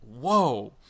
whoa